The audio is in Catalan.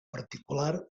particular